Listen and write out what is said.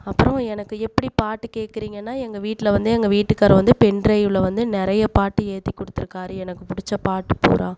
அப்புறோம் எனக்கு எப்படி பாட்டு கேட்குறீங்கனா எங்கள் வீட்டில் வந்து எங்கள் வீட்டுக்கார் வந்து பென்டிரைவ்வில் வந்து நிறைய பாட்டு ஏற்றி கொடுத்துருக்காரு எனக்கு பிடிச்ச பாட்டு பூரா